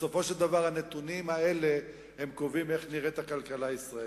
בסופו של דבר הנתונים האלה קובעים איך נראית הכלכלה הישראלית.